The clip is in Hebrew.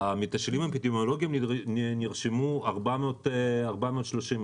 בקרב המתשאלים האפידמיולוגיים נרשמו 430 אנשים.